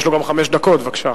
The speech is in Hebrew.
יש לו גם חמש דקות, בבקשה.